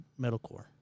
metalcore